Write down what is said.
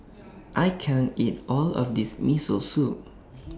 I can't eat All of This Miso Soup